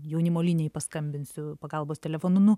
jaunimo linijai paskambinsiu pagalbos telefonu nu